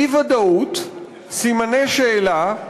אי-ודאות, סימני שאלה,